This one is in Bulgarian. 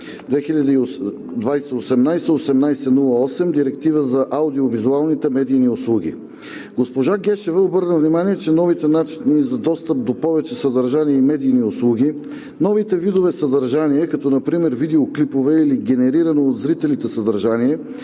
(Директива за аудиовизуалните медийни услуги). Госпожа Гешева обърна внимание, че новите начини за достъп до повече съдържание и медийни услуги, новите видове съдържание, като например видеоклипове или генерирано от зрителите съдържание,